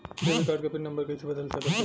Debit card क pin number कइसे बदल सकत हई?